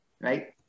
right